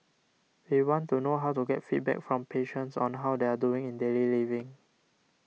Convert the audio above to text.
we want to know how to get feedback from patients on how they are doing in daily living